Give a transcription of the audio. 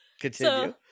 Continue